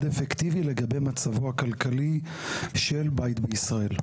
אפקטיבי לגבי מצבו הכלכלי של בית בישראל,